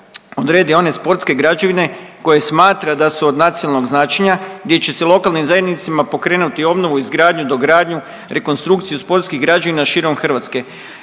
odredi one sportske građevine koje smatra da su od nacionalnog značenja gdje će se lokalnim zajednicama pokrenuti obnovu, izgradnju i dogradnju i rekonstrukciju sportskih građevina širom Hrvatske.